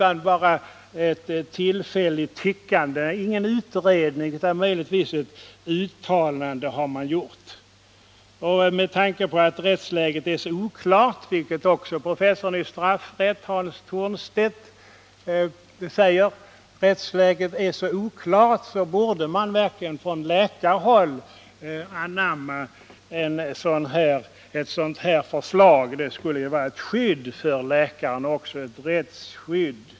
Man har inte gjort någon utredning, bara ett uttalande. Med tanke på att rättsläget är så oklart — något som också professorn i straffrätt Hans Thornstedt framhåller — borde man verkligen från läkarhåll anamma ett sådant här förslag; det skulle ge rättsskydd för läkaren.